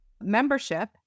membership